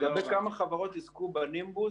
לגבי כמה חברות יזכו בנימבוס,